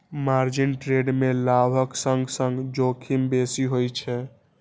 margin trade मे लाभक संग संग जोखिमो बेसी होइ छै